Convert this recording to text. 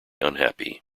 unhappy